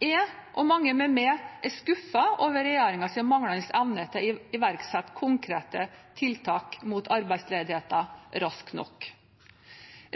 Jeg og mange med meg er skuffet over regjeringens manglende evne til å iverksette konkrete tiltak mot arbeidsledigheten raskt nok.